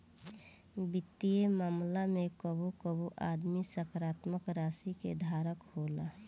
वित्तीय मामला में कबो कबो आदमी सकारात्मक राशि के धारक होला